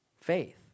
faith